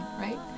right